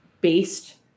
based